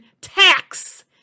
tax